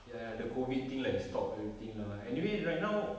ya the COVID thing like stop everything lah anyway right now